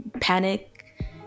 panic